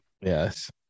yes